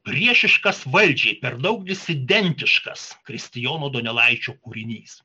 priešiškas valdžiai per daug disidentiškas kristijono donelaičio kūrinys